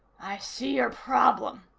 i see your problem,